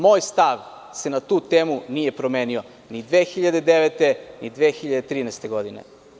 Moj stav se na tu temu nije promenio ni 2009. godine, ni 2013. godine.